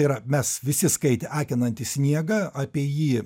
ir mes visi skaitė akinantį sniegą apie jį